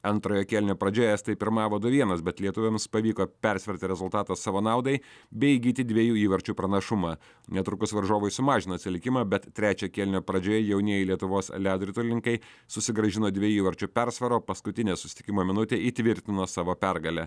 antrojo kėlinio pradžioje estai pirmavo du vienas bet lietuviams pavyko persverti rezultatą savo naudai bei įgyti dviejų įvarčių pranašumą netrukus varžovai sumažino atsilikimą bet trečio kėlinio pradžioje jaunieji lietuvos ledo ritulininkai susigrąžino dviejų įvarčių persvarą o paskutinę susitikimo minutę įtvirtino savo pergalę